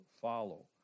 follow